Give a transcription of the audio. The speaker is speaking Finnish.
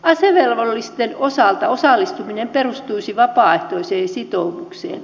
asevelvollisten osalta osallistuminen perustuisi vapaaehtoiseen sitoumukseen